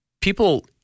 people